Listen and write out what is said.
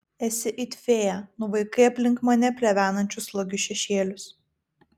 esi it fėja nuvaikai aplink mane plevenančius slogius šešėlius